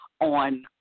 on